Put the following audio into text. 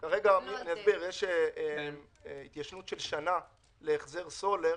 כרגע יש התיישנות של שנה להחזר סולר